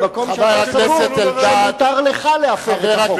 במקום שאתה סבור שמותר לך להפר את החוק.